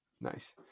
Nice